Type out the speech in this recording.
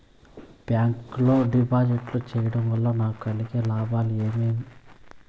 Bank లో డిపాజిట్లు సేయడం వల్ల నాకు కలిగే లాభాలు ఏమేమి?